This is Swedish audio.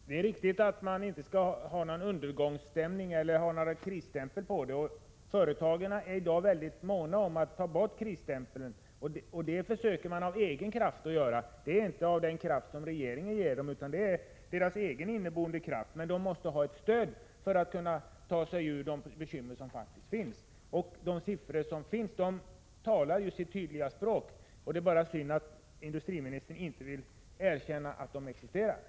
I en debattartikel i Dagens Nyheter den 29 oktober skriver industriministern med hänvisning till de regionala utvecklingsfondernas verksamhet: ”Jag vill påstå att vi har ett mycket väl utbyggt kontaktnät mellan politiker, administratörer och företag på olika nivåer i landet. Detta utesluter emellertid inte att det kan bli bättre. Jag är öppen för alla konstruktiva idéer och förslag i den riktningen.” Är industriministern beredd att lägga fram förslag om ändring i bestämmelserna för utvecklingsfondernas verksamhet så att inte blott tillverkningsföretag utan även tjänsteproducerande företag kan komma i åtnjutande av fondernas förmånliga kreditvillkor?